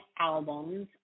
albums